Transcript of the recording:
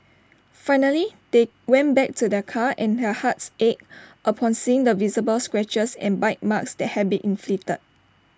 finally they went back to their car and their hearts ached upon seeing the visible scratches and bite marks that had been inflicted